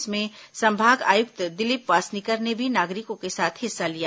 इसमें संभाग आयुक्त दिलीप वासनीकर ने भी नागरिकों के साथ हिस्सा लिया